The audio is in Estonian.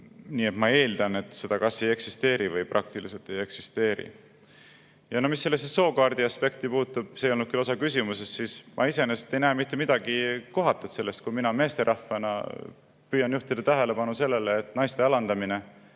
Nii et ma eeldan, et seda kas ei eksisteeri või praktiliselt ei eksisteeri. Mis sellesse sookaardi aspekti puutub – see ei olnud küll osa küsimusest –, siis ma iseenesest ei näe mitte midagi kohatut selles, kui mina meesterahvana püüan juhtida tähelepanu sellele, et naiste alandamine,